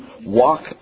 walk